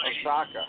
Osaka